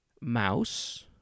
Mouse